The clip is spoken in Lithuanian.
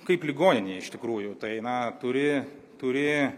kaip ligoninėj iš tikrųjų tai na turi turi